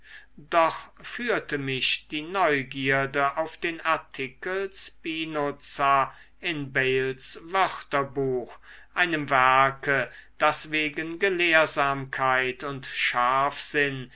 doch führte mich die neugierde auf den artikel spinoza in bayles wörterbuch einem werke das wegen gelehrsamkeit und